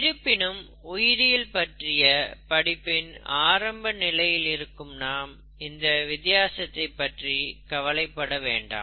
இருப்பினும் உயிரியல் பற்றிய படிப்பின் ஆரம்ப நிலையில் இருக்கும் நாம் இந்த வித்தியாசத்தை பற்றி கவலை பட வேண்டாம்